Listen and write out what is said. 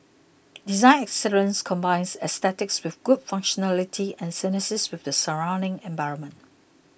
design excellence combines aesthetics with good functionality and synthesis with the surrounding environment